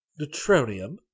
Neutronium